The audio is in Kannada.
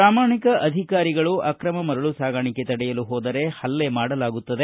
ಪ್ರಾಮಾಣಿಕ ಅಧಿಕಾರಿಗಳು ಅಕ್ರಮ ಮರಳು ಸಾಗಾಣಿಕೆ ತಡೆಯಲು ಹೋದರೆ ಪಲ್ಲೆ ಮಾಡಲಾಗುತ್ತದೆ